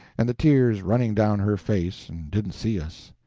and the tears running down her face, and didn't see us.